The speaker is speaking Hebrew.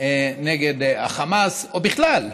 נגד החמאס, או בכלל,